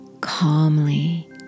calmly